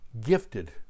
gifted